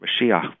Mashiach